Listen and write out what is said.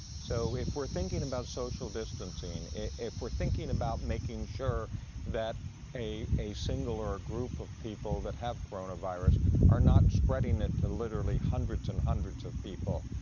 so if we're thinking about social distancing, if we're thinking about making sure that a a single or a group of people that have coronavirus are not spreading it to literally hundreds and hundreds of people,